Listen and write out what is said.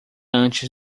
antes